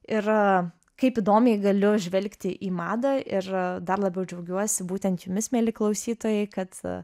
ir kaip įdomiai galiu žvelgti į madą ir dar labiau džiaugiuosi būtent jumis mieli klausytojai kad